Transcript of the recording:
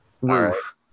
roof